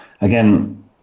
again